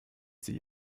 sie